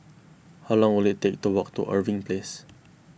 how long will it take to walk to Irving Place